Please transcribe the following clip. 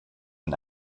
and